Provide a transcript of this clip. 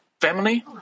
family